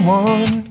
one